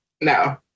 No